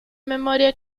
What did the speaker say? memoria